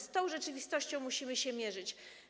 Z tą rzeczywistością musimy się mierzyć.